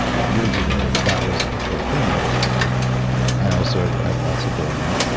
years ago, that was a core thing where like i also had lots of bullying,